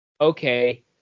Okay